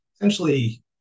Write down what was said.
Essentially